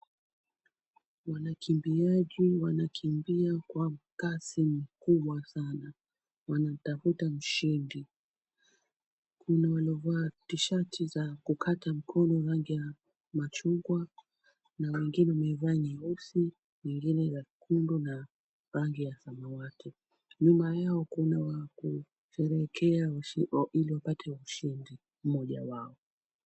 Wanakimbiaji wanakimbia kwa kasi mkubwa sana wanatafuta mshindi. Wamevaa shati za kukata mkono rangi ya machungwa na wengine wamevaa nyeusi wengine nyekundu na rangi ya samawati. Nyuma yao kuna wa kusherehekea ili wapate ushindi, mmoja wao.